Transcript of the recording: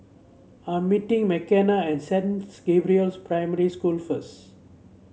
I'm meeting Makenna at Saint Gabriel's Primary School first